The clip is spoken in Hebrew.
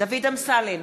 דוד אמסלם,